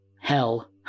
hell